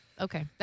okay